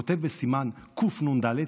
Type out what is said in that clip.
כותב בסימן קנ"ד,